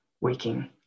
waking